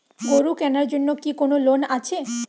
গরু কেনার জন্য কি কোন লোন আছে?